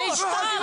------ תשתוק.